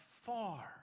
far